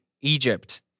Egypt